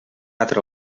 altre